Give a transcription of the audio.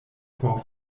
por